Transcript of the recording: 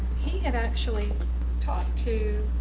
he had actually talked to